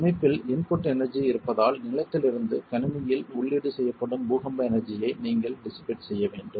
ஒரு அமைப்பில் input energy இருப்பதால் நிலத்திலிருந்து கணினியில் உள்ளீடு செய்யப்படும் பூகம்ப எனர்ஜி ஐ நீங்கள் டிசிபேட் செய்ய வேண்டும்